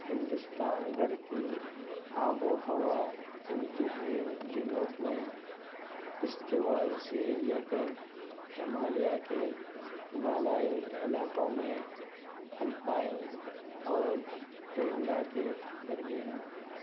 ہندوستان بھر کی آب و ہوا انتہائی جنوب میں استوائی سے لے کر ہمالیہ کے بالائی علاقوں میں الپائن اور ٹینڈا کے درمیان ہے